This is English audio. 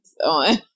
On